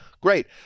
Great